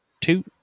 two